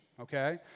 okay